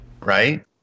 right